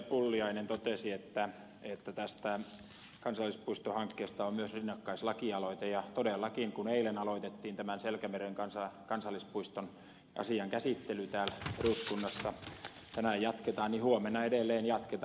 pulliainen totesi että tästä kansallispuistohankkeesta on myös rinnakkaislakialoite ja todellakin kun eilen aloitettiin tämän selkämeren kansallispuiston asian käsittely täällä eduskunnassa tänään jatketaan niin huomenna edelleen jatketaan